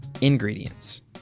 Ingredients